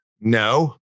No